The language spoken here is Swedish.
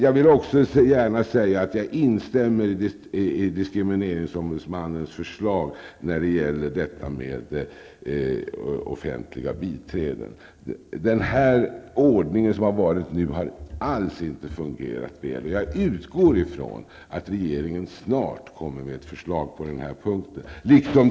Jag vill också gärna säga att jag instämmer i diskrimineringsombudsmannens förslag rörande offentliga biträden. Den ordning som har gällt nu har alls inte fungerat väl. Jag utgår ifrån att regeringen snart kommer med ett förslag på den här punkten.